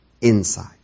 inside